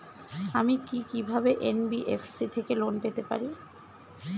আমি কি কিভাবে এন.বি.এফ.সি থেকে লোন পেতে পারি?